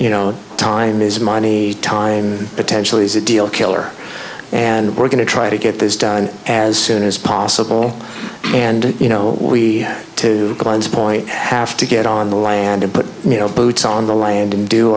you know time is money time potential is a deal killer and we're going to try to get this done as soon as possible and you know we too by this point have to get on the land and put you know boots on the land and do